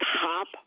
top